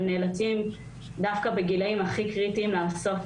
הם נאלצים דווקא בגילאים הכי קריטיים לעשות